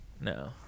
No